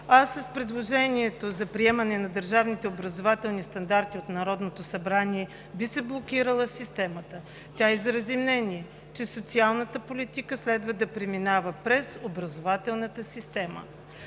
а с предложението за приемане на държавните образователни стандарти от Народното събрание би се блокирала системата. Тя изрази мнение, че социалната политика следва да преминава през образователната система.